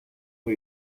muy